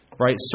right